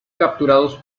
capturados